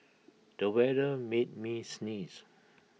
the weather made me sneeze